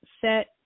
set